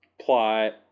plot